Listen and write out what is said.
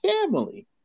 family